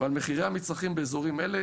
ועל מחירי המצרכים באזורים אלה.